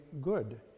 good